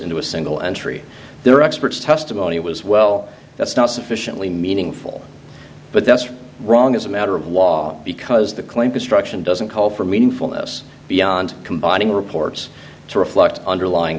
into a single entry there are experts testimony was well that's not sufficiently meaningful but that's wrong as a matter of law because the claim construction doesn't call for meaningfulness beyond combining reports to reflect underlying